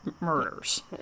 murders